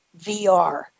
VR